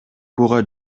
буга